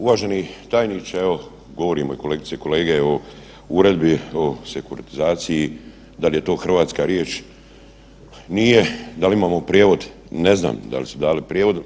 Uvaženi tajniče evo govorimo kolegice i kolege o Uredbi o sekuratizaciji, dal je to hrvatska riječ, nije, dal imamo prijevod, ne znam dal su dali prijevod.